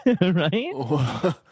right